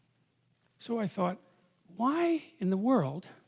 so i thought why in the world